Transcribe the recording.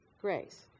grace